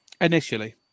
Initially